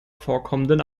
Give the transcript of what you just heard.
vorkommenden